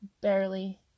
barely